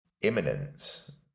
imminence